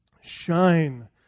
shine